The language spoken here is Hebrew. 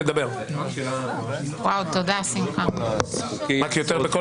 חופש העיסוק ברוב של 61 כי הוא